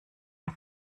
der